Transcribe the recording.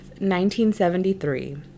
1973